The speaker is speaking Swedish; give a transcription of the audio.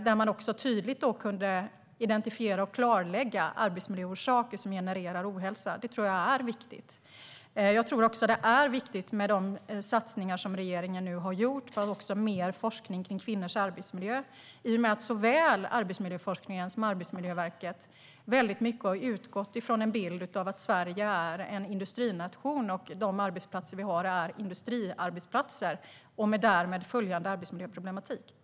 Där kunde man tydligt identifiera och klarlägga arbetsmiljöorsaker som genererar ohälsa. Det tror jag är viktigt. Jag tror också att det är viktigt med de satsningar som regeringen nu har gjort, med mer forskning kring kvinnors arbetsmiljö. Såväl arbetsmiljöforskningen som Arbetsmiljöverket har mycket utgått från en bild av att Sverige är en industrination och de arbetsplatser som vi har är industriarbetsplatser, med därmed följande arbetsmiljöproblematik.